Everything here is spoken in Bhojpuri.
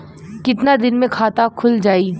कितना दिन मे खाता खुल जाई?